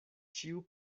ĉiu